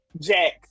Jack